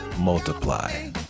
Multiply